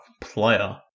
player